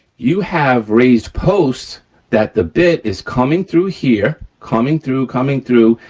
you have raised posts that the bit is coming through here, coming through, coming through,